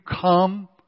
come